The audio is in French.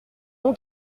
mon